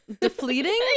deflating